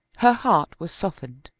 her heart was softened.